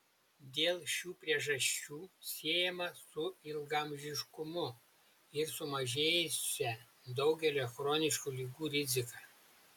dėl šių priežasčių siejama su ilgaamžiškumu ir sumažėjusia daugelio chroniškų ligų rizika